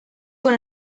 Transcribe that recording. con